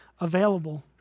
available